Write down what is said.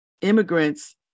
immigrants